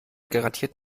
garantiert